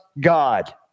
God